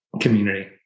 community